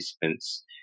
participants